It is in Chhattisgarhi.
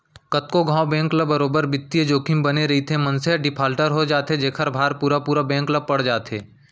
कतको घांव बेंक ल बरोबर बित्तीय जोखिम बने रइथे, मनसे ह डिफाल्टर हो जाथे जेखर भार पुरा पुरा बेंक ल पड़ जाथे